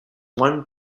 one